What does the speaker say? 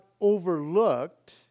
overlooked